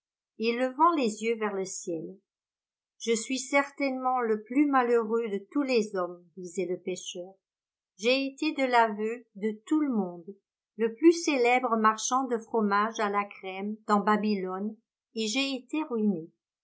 et levant les yeux vers le ciel je suis certainement le plus malheureux de tous les hommes disait le pêcheur j'ai été de l'aveu de tout le monde le plus célèbre marchand de fromages à la crème dans babylone et j'ai été ruiné